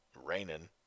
raining